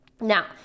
Now